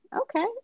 okay